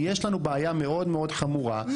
יש לנו בעיה מאד מאד חמורה,